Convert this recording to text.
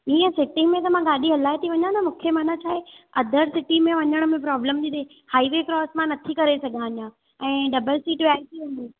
ईंअ सिटिंग में त मां गाॾी हलाए ती वञा न मुखे मन छा आए अदर सिटी मे वञण में प्रोब्लम ती थे हाईवे क्रोस मां नथी करे सघां अञा ऐं डबल सीट वेहारे ती